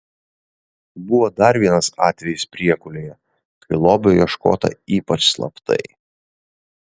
buvo dar vienas atvejis priekulėje kai lobio ieškota ypač slaptai